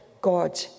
God